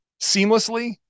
seamlessly